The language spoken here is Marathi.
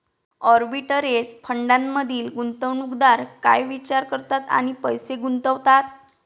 आर्बिटरेज फंडांमधील गुंतवणूकदार काय विचार करतात आणि पैसे गुंतवतात?